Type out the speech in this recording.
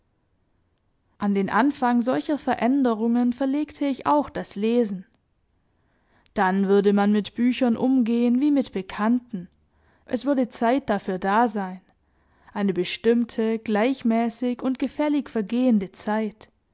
an den anfang solcher veränderungen verlegte ich auch das lesen dann würde man mit büchern umgehen wie mit bekannten es würde zeit dafür da sein eine bestimmte gleichmäßig und gefällig vergehende zeit